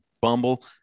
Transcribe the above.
Bumble